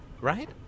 right